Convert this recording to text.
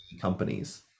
companies